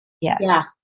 Yes